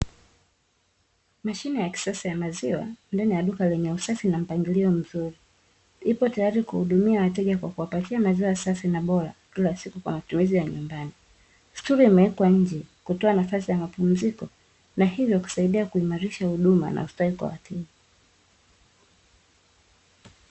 Mashine ya kisasa ya maziwa ndani ya duka lenye usafi na mpangilio mzuri. Lipo tayari kuhudumia wateja kwa kuwapatia maziwa safi na bora kila siku kwa matumizi ya nyumbani. Stuli imewekwa nje kutoa nafasi ya mapumziko na hivyo kusaidia kuimarisha huduma na ustawi kwa wateja.